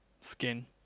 skin